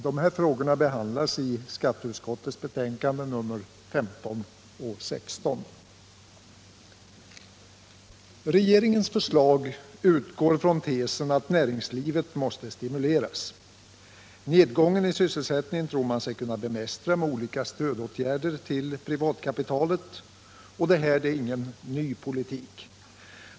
Dessa frågor behandlas i skatteutskottets betänkanden nr 15 och 16. Regeringens förslag utgår från tesen att näringslivet måste stimuleras. Nedgången i sysselsättningen tror man sig kunna bemästra med olika åtgärder till stöd för privatkapitalet. Detta är ingen ny politik.